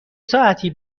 ساعتی